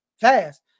Fast